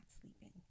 sleeping